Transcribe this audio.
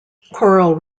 coral